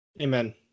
Amen